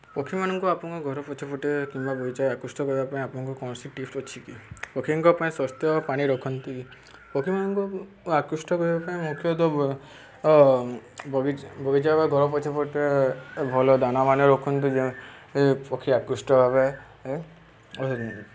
ପକ୍ଷୀମାନଙ୍କୁ ଆପଣଙ୍କ ଘର ପଛପଟେ କିମ୍ବା ବଗିଚାରେ ଆକୃଷ୍ଟ କରିବା ପାଇଁ ଆପଣଙ୍କୁ କୌଣସି ଟିପ୍ସ ଅଛି କି ପକ୍ଷୀଙ୍କ ପାଇଁ ସ୍ୱାସ୍ଥ୍ୟ ପାଣି ରଖନ୍ତି ପକ୍ଷୀମାନଙ୍କୁ ଆକୃଷ୍ଟ କରିବା ପାଇଁ ମୁଖ୍ୟତଃ ବଗିଚା ବଗିଚା ବା ଘର ପଛପଟେ ଭଲ ଦାନାମାନେ ରଖନ୍ତୁ ଯେପରେ ପକ୍ଷୀ ଆକୃଷ୍ଟ ଭାବେ